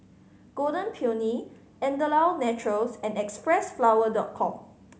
Golden Peony Andalou Naturals and Xpressflower Dot Com